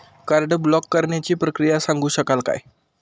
Card block करण्याची प्रक्रिया सांगू शकाल काय?